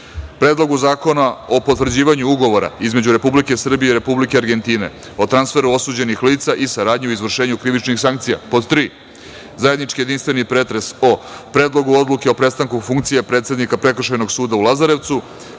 Predlogu zakona o potvrđivanju Ugovora između Republike Srbije i Republike Argentine o transferu osuđenih lica i saradnji u izvršenju krivičnih sankcija; Zajednički jedinstveni pretres o Predlogu odluke o prestanku funkcije predsednika Prekršajnog suda u Lazarevcu,